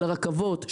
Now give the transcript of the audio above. רכבות,